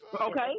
Okay